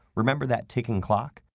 remember that ticking clock?